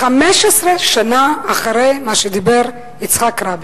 15 שנה אחרי דבריו של יצחק רבין.